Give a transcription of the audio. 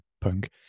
punk